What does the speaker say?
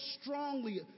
strongly